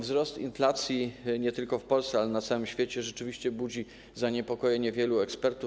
Wzrost inflacji nie tylko w Polsce, ale też na całym świecie rzeczywiście budzi zaniepokojenie wielu ekspertów.